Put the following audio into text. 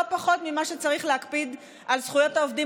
לא פחות ממה שצריך להקפיד על זכויות העובדים